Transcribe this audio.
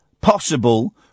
possible